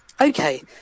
Okay